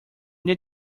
need